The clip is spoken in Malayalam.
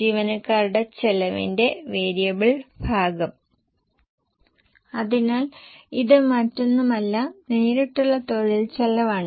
ജീവനക്കാരുടെ ചെലവ് ഒഴികെ മറ്റെല്ലാം 10 മുതൽ 12 ശതമാനം വരെ ആയിരിക്കുമെന്ന് ഞാൻ കരുതുന്നു